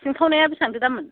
सिनखावनाया बेसेबांथो दाममोन